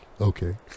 Okay